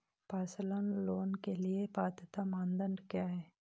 Personal loan के लिए पात्रता मानदंड क्या हैं?